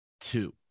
two